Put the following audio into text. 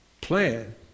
Plan